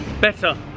better